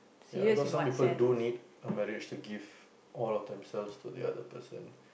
ya because some people do need a marriage to give all of themselves to the other person